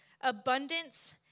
abundance